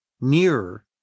nearer